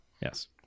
Yes